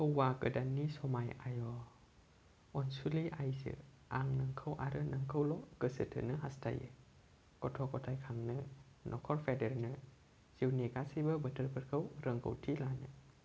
हौवा गोदाननि सामाय आय' अनसुलि आइजो आं नोंखौ आरो नोंखौल' गोसोथोनो हास्थायो गथ' गथाय खांनो नख'र फेदेरनो जिउनि गासैबो बोथोरफोरखौ रोंगौथि लानो